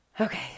okay